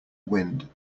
wind